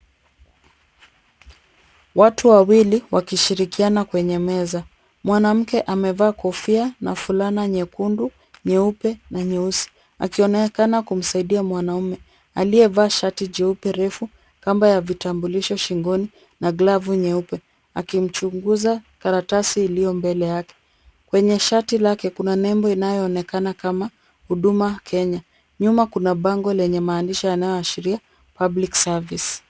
Watu wawili wakishirikiana kwenye meza. Mwanamke amevaa kofia na fulana nyekundu, nyeupe na nyeusi akionekana kumsaidia mwanaume aliyevaa shati jeupe refu, kamba ya vitambulisho shingoni na glavu nyeupe akimchunguza karatasi iliyo mbele yake. Kwenye shati lake kuna nembo inayoonekana kama huduma Kenya. Nyuma kuna bango lenye maandishi yanayoashiria Public Service .